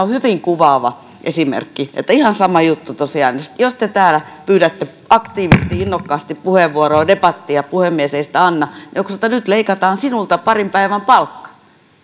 on hyvin kuvaava esimerkki ihan sama juttu tosiaan että jos te täällä pyydätte aktiivisesti innokkaasti puheenvuoroa debattia ja puhemies ei sitä anna niin nyt leikataan sinulta parin päivän palkka